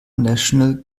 national